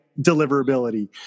deliverability